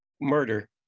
murder